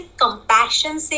compassion